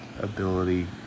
ability